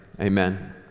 amen